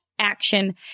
action